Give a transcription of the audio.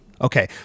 Okay